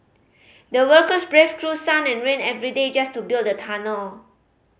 the workers braved through sun and rain every day just to build the tunnel